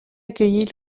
accueillit